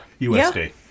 USD